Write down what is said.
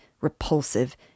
repulsive